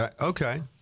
Okay